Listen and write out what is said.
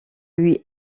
lui